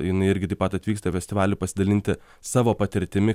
jinai irgi taip pat atvyksta į festivalį pasidalinti savo patirtimi